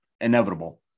inevitable